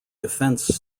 defence